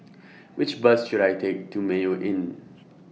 Which Bus should I Take to Mayo Inn